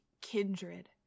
Kindred